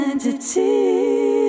Identity